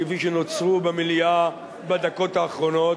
כפי שנוצרו במליאה בדקות האחרונות,